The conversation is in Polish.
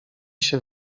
się